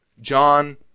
John